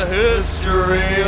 history